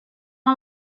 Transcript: one